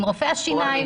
עם רופאי השיניים.